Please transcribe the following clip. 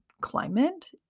climate